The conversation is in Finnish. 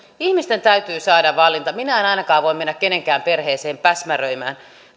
ihmisten täytyy saada valita minä en ainakaan voi mennä kenenkään perheeseen päsmäröimään